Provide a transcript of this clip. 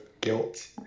guilt